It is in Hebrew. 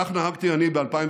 כך נהגתי אני ב-2015,